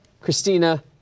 Christina